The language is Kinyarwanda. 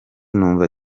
numva